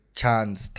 chance